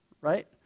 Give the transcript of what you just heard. right